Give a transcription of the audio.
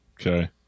Okay